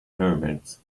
pyramids